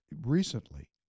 Recently